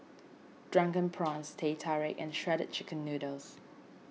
Drunken Prawns Teh Tarik and Shredded Chicken Noodles